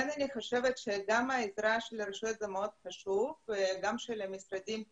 אני חושבת שהעזרה של הרשויות היא מאוד חשובה וכמובן עזרת המשרדים.